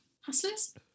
Hustlers